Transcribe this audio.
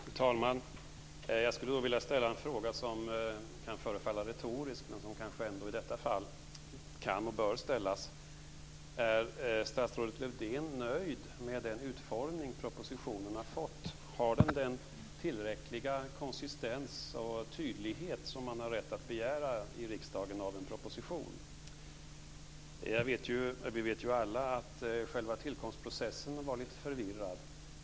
Fru talman! Jag skulle vilja ställa en fråga som kan förefalla retorisk, men som kanske ändå i detta fall kan och bör ställas. Är statsrådet Lövdén nöjd med den utformning propositionen har fått? Har propositionen den konsistens och tydlighet som riksdagen har rätt att begära av en proposition? Vi vet alla att själva tillkomstprocessen var lite förvirrad.